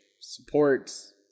supports